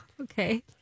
Okay